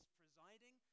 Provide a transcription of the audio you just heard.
presiding